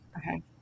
Okay